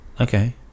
Okay